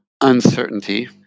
uncertainty